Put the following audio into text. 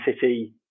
City